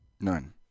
None